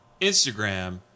Instagram